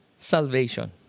Salvation